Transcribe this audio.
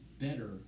better